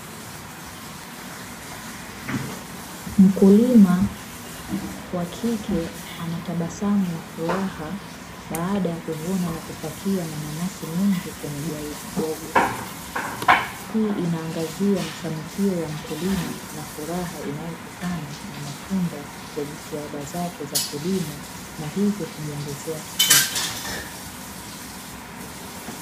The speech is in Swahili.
Mkulima wa kike anatabasamu na furaha baada ya kuvuna na kupakia mananasi mengi kwenye gari dogo. Hii inaangazia mafanikio ya mkulima na furaha inayotokana na matunda ya jitihada zake za kilimo na hivyo kumuongezea kipato.